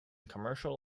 commercial